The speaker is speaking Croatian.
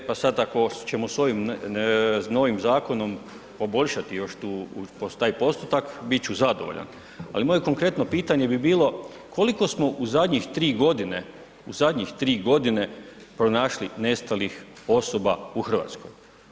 E pa sad, ako ćemo s novim zakonom poboljšati još taj postotak bit ću zadovoljan, ali moje konkretno pitanje bi bilo koliko smo u zadnjih 3 godine, u zadnjih 3 godine pronašli nestalih osoba u Hrvatskoj?